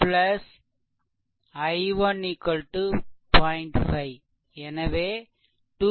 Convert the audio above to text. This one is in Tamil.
5 எனவே 2